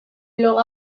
blog